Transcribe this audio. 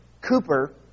Cooper